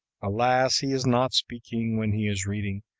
alas, he is not speaking when he is reading,